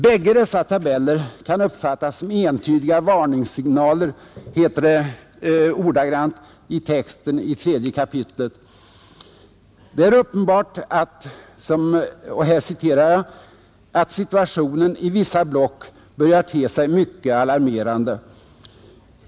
”Bägge dessa tabeller kan uppfattas som entydiga varningssignaler”, heter det ordagrant i texten i tredje kapitlet. Det är uppenbart att ”situationen i vissa block börjar te sig mycket alarmerande”.